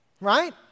right